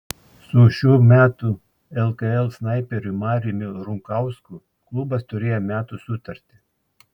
su šių metų lkl snaiperiu mariumi runkausku klubas turėjo metų sutartį